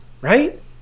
right